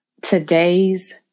today's